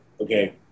okay